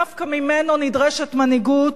דווקא ממנו נדרשת מנהיגות,